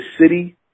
city